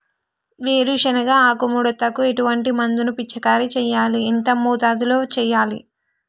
వేరుశెనగ ఆకు ముడతకు ఎటువంటి మందును పిచికారీ చెయ్యాలి? ఎంత మోతాదులో చెయ్యాలి?